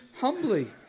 humbly